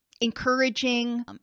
encouraging